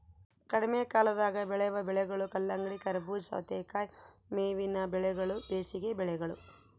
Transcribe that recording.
ಕಡಿಮೆಕಾಲದಾಗ ಬೆಳೆವ ಬೆಳೆಗಳು ಕಲ್ಲಂಗಡಿ, ಕರಬೂಜ, ಸವತೇಕಾಯಿ ಮೇವಿನ ಬೆಳೆಗಳು ಬೇಸಿಗೆ ಬೆಳೆಗಳು